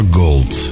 gold